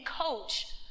coach